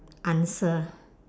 answer